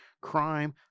crime